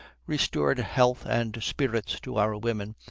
restored health and spirits to our women,